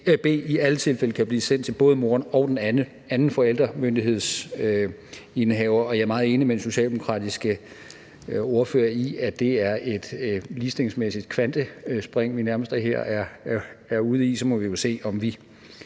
B, i alle tilfælde kan blive sendt til både moren og den anden forældremyndighedsindehaver. Jeg er meget enig med den socialdemokratiske ordfører i, at det er et ligestillingsmæssigt kvantespring, vi nærmest er ude i her, og så må vi se, om vi